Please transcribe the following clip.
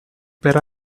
per